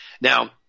Now